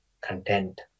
content